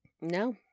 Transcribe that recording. No